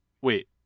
Wait